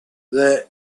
there